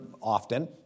often